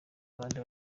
abandi